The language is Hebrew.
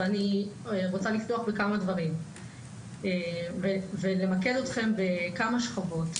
ואני רוצה לפתוח בכמה דברים ולמקד אתכם בכמה שכבות.